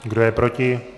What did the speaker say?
Kdo je proti?